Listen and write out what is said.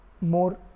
more